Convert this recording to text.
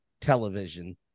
television